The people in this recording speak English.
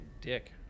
dick